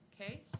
Okay